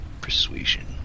Persuasion